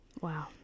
wow